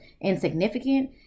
insignificant